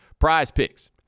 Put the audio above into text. Prizepicks